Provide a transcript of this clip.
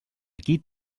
aquí